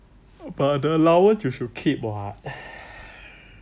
but the allowance you should keep [what]